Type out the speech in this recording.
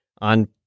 on